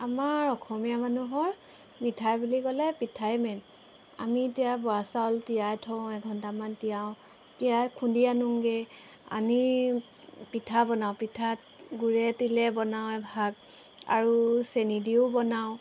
আমাৰ অসমীয়া মানুহৰ মিঠাই বুলি ক'লে পিঠাই মেইন আমি এতিয়া বৰা চাউল তিয়াই থওঁ এঘণ্টামান তিয়াওঁ তিয়াই খুন্দি আনোগৈ আনি পিঠা বনাওঁ পিঠাত গুড়ে তিলে বনাওঁ এভাগ আৰু চেনি দিও বনাওঁ